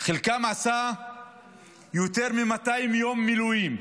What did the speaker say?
חלקם עשו יותר מ-200 יום מילואים,